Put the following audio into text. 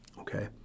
Okay